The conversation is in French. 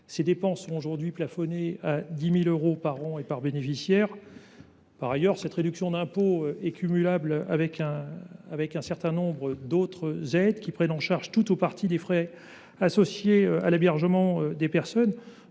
le dispositif sont plafonnées à 10 000 euros par an et par bénéficiaire. Par ailleurs, cette réduction d’impôt est cumulable avec le bénéfice d’autres aides, qui prennent en charge tout ou partie des frais associés à l’hébergement des personnes.